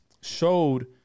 showed